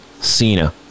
Cena